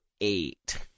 eight